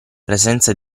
presenza